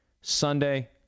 Sunday